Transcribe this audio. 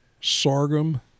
sorghum